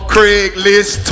Craigslist